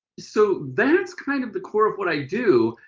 so that's kind of the core of what i do.